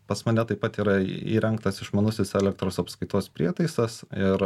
pas mane taip pat yra įrengtas išmanusis elektros apskaitos prietaisas ir